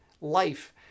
life